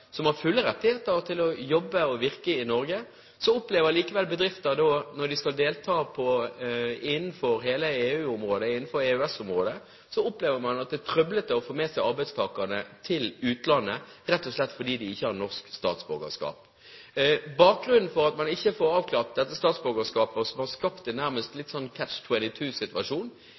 som har fulle rettigheter til å jobbe og virke i Norge. Disse bedriftene opplever likevel når de skal delta innenfor hele EU- og EØS-området, at det er trøblete å få med seg arbeidstakerne til utlandet, rett og slett fordi de ikke har norsk statsborgerskap. Bakgrunnen for at man ikke får avklart dette statsborgerskapet, som har skapt en nærmest